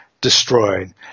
destroyed